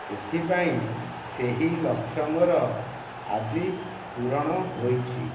ସେଥିପାଇଁ ସେହି ଲକ୍ଷ୍ୟ ମୋର ଆଜି ପୂରଣ ହୋଇଛି